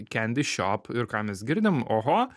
candy shop ir ką mes girdim oho